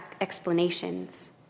explanations